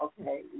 Okay